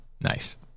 Nice